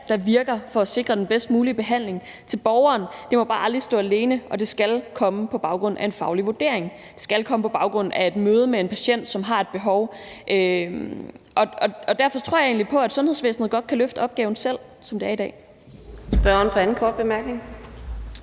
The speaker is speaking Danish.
der virker, for at sikre den bedst mulige behandling til borgere. Det må bare aldrig stå alene, og det skal komme på baggrund af en faglig vurdering. Det skal komme på baggrund af et møde med en patient, som har et behov, og derfor tror jeg egentlig på, at sundhedsvæsnet godt kan løfte opgaven selv, sådan som det er i dag. Kl. 11:34 Fjerde næstformand